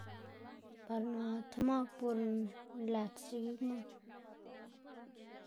Par naꞌ tib mak por nlëtsc̲h̲a gik mak.